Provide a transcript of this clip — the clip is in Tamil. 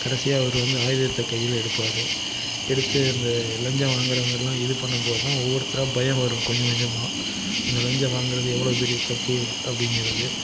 கடைசியாக அவர் வந்து ஆயுதத்தை கையில் எடுப்பார் எடுத்து அந்த லஞ்சம் வாங்கறவங்கள்லாம் இது பண்ணும்போது தான் ஒவ்வொருத்தராக பயம் வரும் கொஞ்சம் கொஞ்சமாக அந்த லஞ்சம் வாங்குறது எவ்வளோ பெரிய தப்பு அப்படிங்கிறது